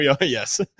yes